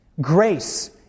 Grace